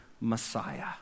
Messiah